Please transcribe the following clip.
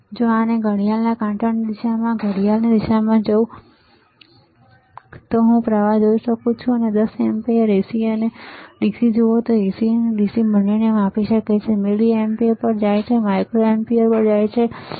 અને જો હું ઘડિયાળના કાંટાની દિશામાં ઘડિયાળની દિશામાં જઉં તો હું પ્રવાહ જોઈ શકું છું તમે 10 એમ્પીયર Ac અને dc જુઓ છો તે Ac અને dc બંનેને માપી શકે છે મિલિએમ્પીયર પર જાય છે માઇક્રો એમ્પીયરમાં જાય છે ખરું ને